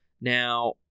Now